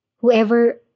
whoever